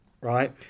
right